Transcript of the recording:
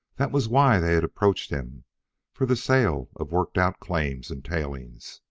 that was why they had approached him for the sale of worked-out claims and tailings.